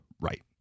Right